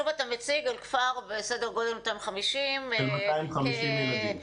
שוב אתה מציג כפר בסדר גודל 250 --- של 250 ילדים,